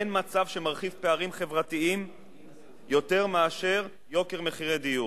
אין מצב שמרחיב פערים חברתיים יותר מאשר יוקר מחירי דיור.